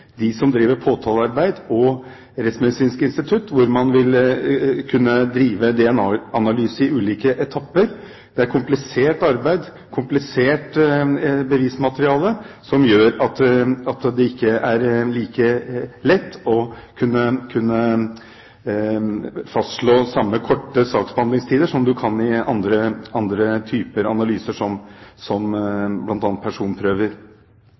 som driver påtalearbeid, og Rettsmedisinsk institutt, hvor man vil kunne drive DNA-analyse i ulike etapper. Det er komplisert arbeid, komplisert bevismateriale, som gjør at det ikke er like lett å kunne fastslå samme korte saksbehandlingstider som man kan for andre typer analyser, som bl.a. personprøver,